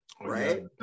right